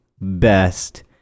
best